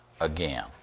again